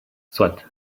soit